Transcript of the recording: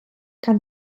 kann